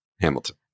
Hamilton